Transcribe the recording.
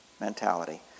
mentality